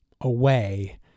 away